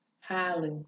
highly